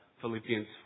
Philippians